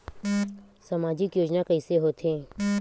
सामजिक योजना कइसे होथे?